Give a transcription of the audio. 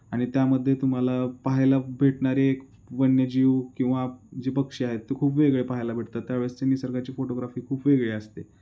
आणि त्यामध्ये तुम्हाला पाहायला भेटणारे एक वन्यजीव किंवा जे पक्षी आहेत ते खूप वेगळे पाहायला भेटतात त्यावेळेसचे निसर्गाची फोटोग्राफी खूप वेगळी असते